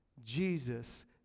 Jesus